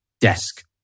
desk